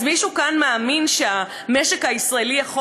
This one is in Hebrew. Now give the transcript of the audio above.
אז מישהו כאן מאמין שהמשק הישראלי יכול